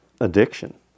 addiction